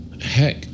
Heck